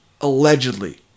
Allegedly